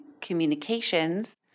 communications